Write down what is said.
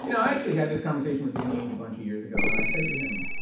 you know i actually had this conversation with danny ainge a bunch of years ago and i said to him,